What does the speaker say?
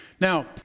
Now